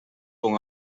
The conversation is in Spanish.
con